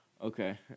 Okay